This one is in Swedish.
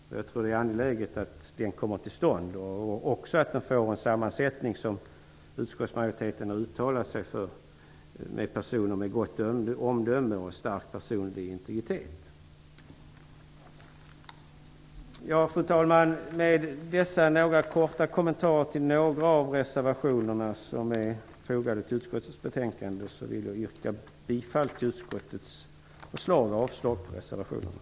Jag tror att det är angeläget att den kommer till stånd och att den får den sammansättning som utskottsmajoriteten uttalar sig för, med personer med gott omdöme och stark personlig integritet. Fru talman! Med dessa korta kommentarer till några av de reservationer som är fogade till utskottets betänkande vill jag yrka bifall till utskottets hemställan och avslag på reservationerna.